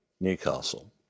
Newcastle